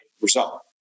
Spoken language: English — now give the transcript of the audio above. result